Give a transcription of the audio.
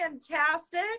Fantastic